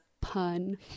pun